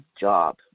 job